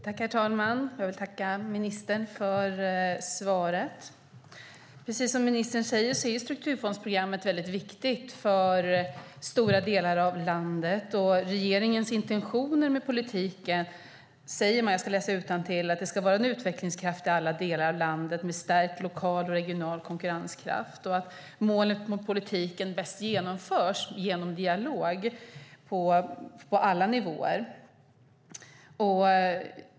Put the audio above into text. Herr talman! Jag vill börja med att tacka ministern för svaret. Precis som ministern säger är strukturfondsprogrammen väldigt viktiga för stora delar av landet. Om regeringens intentioner med politiken säger man - jag läser innantill - att det ska vara en utvecklingskraft i alla delar av landet med stärkt lokal och regional konkurrenskraft och att målet för politiken bäst genomförs genom en dialog på alla nivåer.